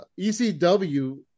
ECW